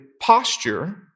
posture